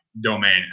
domain